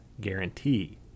guarantee